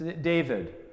David